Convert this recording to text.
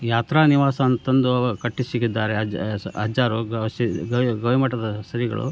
ಯಾತ್ರಾ ನಿವಾಸ ಅಂತಂದು ಕಟ್ಟಿಸಿದ್ದಾರೆ ಅಜ್ಜ ಸ ಅಜ್ಜಾರು ಗವಿ ಮಠದ ಶ್ರೀಗಳು